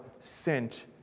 sent